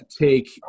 take